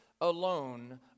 alone